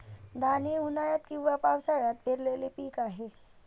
धान हे उन्हाळ्यात किंवा पावसाळ्यात पेरलेले पीक आहे